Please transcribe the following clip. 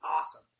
awesome